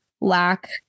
lack